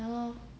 ya lor